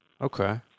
okay